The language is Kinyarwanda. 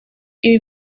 ibi